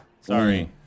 Sorry